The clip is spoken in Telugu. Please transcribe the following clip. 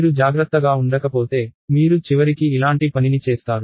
మీరు జాగ్రత్తగా ఉండకపోతే మీరు చివరికి ఇలాంటి పనిని చేస్తారు